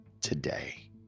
today